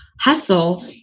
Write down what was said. hustle